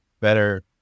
better